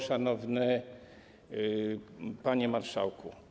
Szanowny Panie Marszałku!